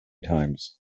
times